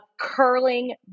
curling